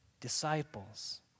disciples